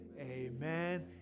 amen